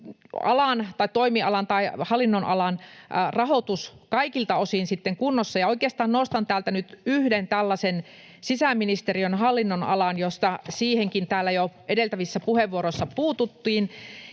toimialan tai hallinnonalan rahoitus kaikilta osin kunnossa. Oikeastaan nostan täältä nyt yhden tällaisen, sisäministeriön hallinnonalan, johon täällä jo edeltävissä puheenvuoroissakin puututtiin: